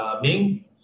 ming